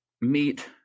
meet